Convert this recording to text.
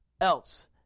else